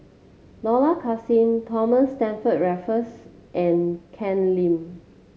Dollah Kassim Thomas Stamford Raffles and Ken Lim